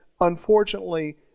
unfortunately